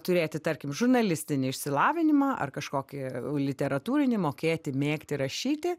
turėti tarkim žurnalistinį išsilavinimą ar kažkokį literatūrinį mokėti mėgti rašyti